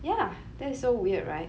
yeah that's so weird right